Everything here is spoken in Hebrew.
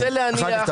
אחר כך.